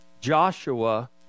Joshua